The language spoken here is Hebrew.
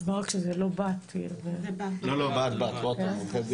בבקשה רותם.